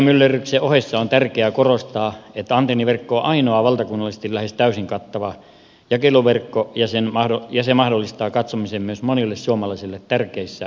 mediamyllerryksen ohessa on tärkeää korostaa että antenniverkko on ainoa valtakunnallisesti lähes täysin kattava jakeluverkko ja se mahdollistaa katsomisen myös monille suomalaisille tärkeissä loma asunnoissa